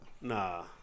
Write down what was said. Nah